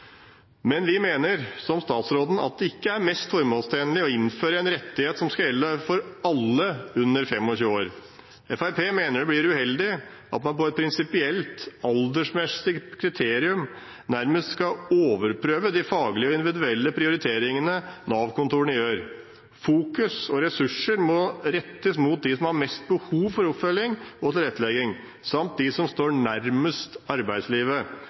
Men vi mener, som statsråden, at det ikke er mest formålstjenlig å innføre en rettighet som skal gjelde for alle under 25 år. Fremskrittspartiet mener det blir uheldig at man på et prinsipielt, aldersmessig kriterium nærmest skal overprøve de faglige og individuelle prioriteringene Nav-kontorene gjør. Fokusering og ressurser må rettes mot dem som har mest behov for oppfølging og tilrettelegging, samt dem som står nærmest arbeidslivet,